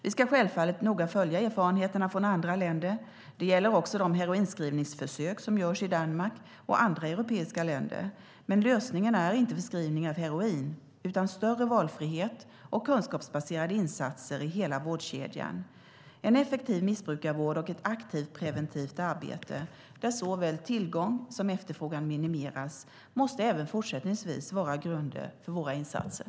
Vi ska självfallet noga följa erfarenheterna från andra länder. Det gäller också de heroinförskrivningsförsök som görs i Danmark och andra europeiska länder, men lösningen är inte förskrivning av heroin utan större valfrihet och kunskapsbaserade insatser i hela vårdkedjan. En effektiv missbrukarvård och ett aktivt preventivt arbete där såväl tillgång som efterfrågan minimeras måste även fortsättningsvis vara grunder för våra insatser.